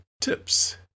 tips